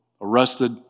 arrested